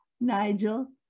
Nigel